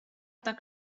tak